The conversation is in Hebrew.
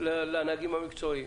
לנהגים המקצועיים.